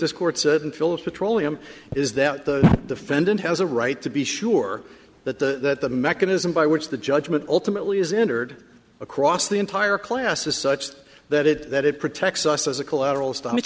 petroleum is that the defendant has a right to be sure that the mechanism by which the judgment ultimately is injured across the entire class is such that it that it protects us as a collateral st